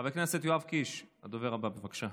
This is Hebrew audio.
חבר הכנסת יואב קיש הוא הדובר הבא, בבקשה.